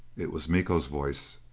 it was miko's voice.